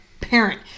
parent